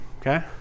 okay